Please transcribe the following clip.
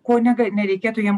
ko ne nereikėtų jiem